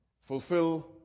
Fulfill